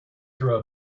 throw